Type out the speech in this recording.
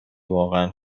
واقعا